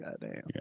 Goddamn